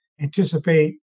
anticipate